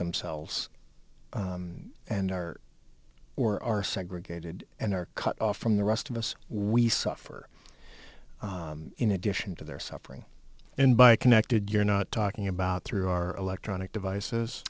themselves and are or are segregated and are cut off from the rest of us we suffer in addition to their suffering and by connected you're not talking about through our electronic devices